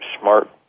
smart